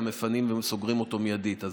גם מפנים וסוגרים אותו מיידית.